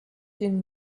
den